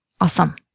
Awesome